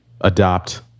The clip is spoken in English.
adopt